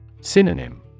Synonym